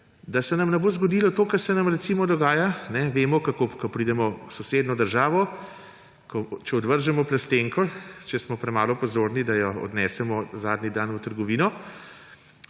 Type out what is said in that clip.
da se nam ne bo zgodilo to, kar se nam recimo dogaja. Vemo, kako je, ko pridemo v sosednjo državo. Če odvržemo plastenko, če smo premalo pozorni in je ne odnesemo zadnji dan v trgovino,